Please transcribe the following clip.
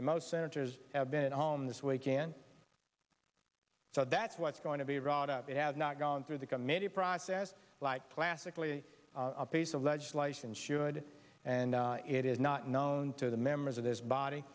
and most senators have been home this weekend so that's what's going to be wrought up that have not gone through the committee process like classically a piece of legislation should and it is not known to the members of this body